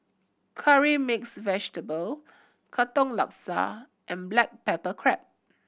Curry Mixed Vegetable Katong Laksa and black pepper crab